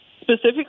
specifically